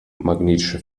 magnetische